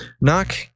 Knock